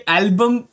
album